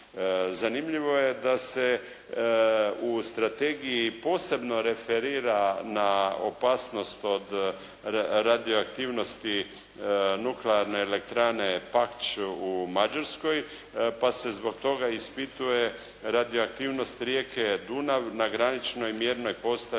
Zanimljivo je da se u strategiji posebno referira na opasnost od radioaktivnosti Nuklearne elektrane "Pakću" u Mađarskoj pa se zbog toga ispituje radioaktivnost rijeke Dunav na graničnoj mjernoj postaji